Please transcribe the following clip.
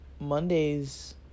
Monday's